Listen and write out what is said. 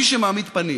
מי שמעמיד פנים